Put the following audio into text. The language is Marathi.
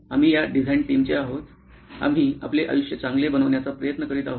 आम्ही या डिझाइन टीमचे आहोत आम्ही आपले आयुष्य चांगले बनवण्याचा प्रयत्न करीत आहोत